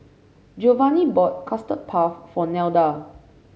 Geovanni bought Custard Puff for Nelda